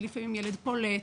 ולפעמים ילד פולט,